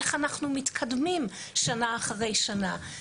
איך אנחנו מתקדמים שנה אחרי שנה.